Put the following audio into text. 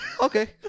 okay